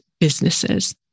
businesses